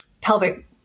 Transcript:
pelvic